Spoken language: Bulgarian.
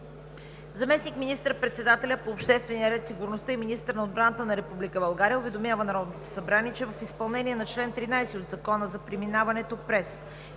Заместник министър-председателят по обществения ред, сигурността и министър на отбраната на Република България уведомява Народното събрание, че в изпълнение на чл. 13 от Закона за преминаването през